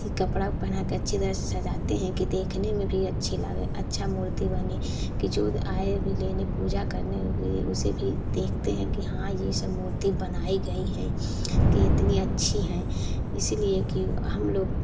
कि कपड़ा पहना कर अच्छी तरह से सजाते हैं कि देखने में भी अच्छा लगे अच्छा मूर्ति बने कि जो आए लेने पूजा करने उसे भी देखते हैं कि हाँ ये सब मूर्ति बनाई गई है सी कि इतनी अच्छी है इसलिए कि हम लोग